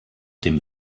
dem